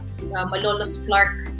Malolos-Clark